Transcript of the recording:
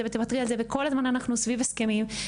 ותוותרי על זה וכל הזמן אנחנו סביב הסכמים.